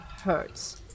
hurts